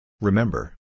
Remember